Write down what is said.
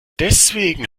deswegen